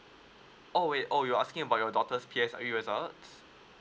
oh wait oh you're asking about your daughter's PSE results